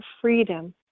freedom